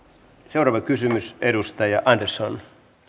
seuraava kysymys edustaja andersson